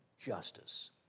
justice